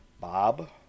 Bob